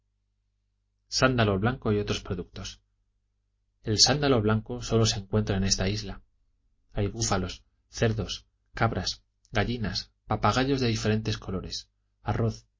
sándalo blanco y otros productos el sándalo blanco sólo se encuentra en esta isla hay búfalos cerdos cabras gallinas papagayos de diferentes colores arroz